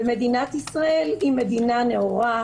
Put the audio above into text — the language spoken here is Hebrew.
ומדינת ישראל היא מדינה נאורה,